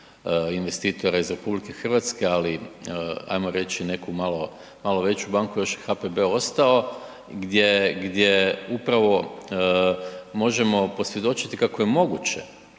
investitora iz RH, ali ajmo reći neku malo veću banku još je HPB ostao, gdje upravo možemo posvjedočiti kako je moguće